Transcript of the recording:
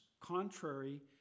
contrary